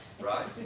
right